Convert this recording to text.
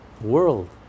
world